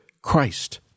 Christ